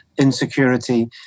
insecurity